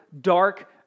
dark